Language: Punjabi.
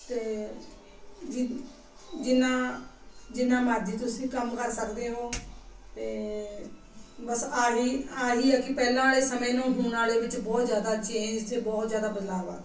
ਅਤੇ ਜਿੰ ਜਿੰਨਾ ਜਿੰਨਾ ਮਰਜ਼ੀ ਤੁਸੀਂ ਕੰਮ ਕਰ ਸਕਦੇ ਹੋ ਅਤੇ ਬਸ ਇਹ ਹੀ ਇਹ ਹੀ ਆ ਕਿ ਪਹਿਲਾਂ ਵਾਲੇ ਸਮੇਂ ਨੂੰ ਹੁਣ ਵਾਲੇ ਵਿੱਚ ਬਹੁਤ ਜ਼ਿਆਦਾ ਚੇਂਜ ਅਤੇ ਬਹੁਤ ਜ਼ਿਆਦਾ ਬਦਲਾਅ ਆ ਗਿਆ